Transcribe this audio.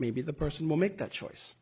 maybe the person will make that choice